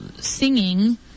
singing